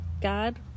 God